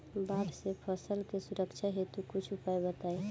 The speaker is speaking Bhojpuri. बाढ़ से फसल के सुरक्षा हेतु कुछ उपाय बताई?